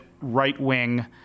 right-wing